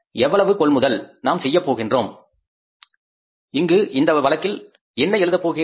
எவ்வளவு கொள்முதல் நாம் செய்யப் போகின்றோம் இங்கு இந்த வழக்கில் என்ன எழுதப் போகிறேன்